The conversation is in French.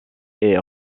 est